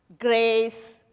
grace